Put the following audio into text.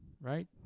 right